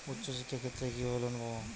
উচ্চশিক্ষার ক্ষেত্রে কিভাবে লোন পাব?